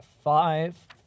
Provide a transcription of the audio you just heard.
five